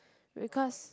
because